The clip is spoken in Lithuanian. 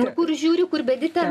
nu kur žiūriu kur bedi ten